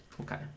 Okay